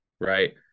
right